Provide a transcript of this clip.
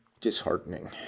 disheartening